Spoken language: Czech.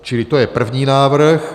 Čili to je první návrh.